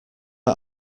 are